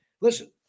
listen